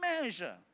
measure